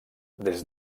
des